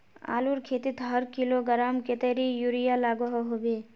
आलूर खेतीत हर किलोग्राम कतेरी यूरिया लागोहो होबे?